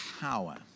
power